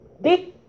Dick